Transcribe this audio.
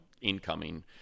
incoming